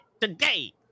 today